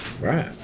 Right